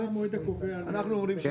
מה הוקרא והוסכם פה במה שעשינו עד